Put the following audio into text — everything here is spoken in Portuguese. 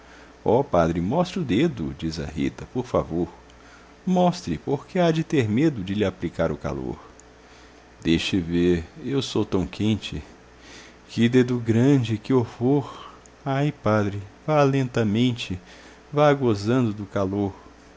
ó padre mostre o dedo diz a rita por favor mostre porque há-de ter medo de lhe aplicar o calor deixe ver eu sou tão quente que dedo grande que horror ai padre vá lentamente vá gozando do calor